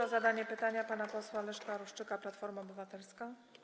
Proszę o zadanie pytania pana posła Leszka Ruszczyka, Platforma Obywatelska.